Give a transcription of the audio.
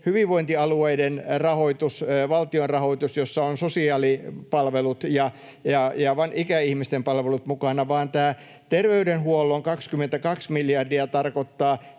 hyvinvointialueiden rahoitus, valtion rahoitus, jossa on sosiaalipalvelut ja ikäihmisten palvelut mukana — vaan tämä terveydenhuollon 22 miljardia tarkoittaa